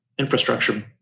infrastructure